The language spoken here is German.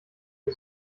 die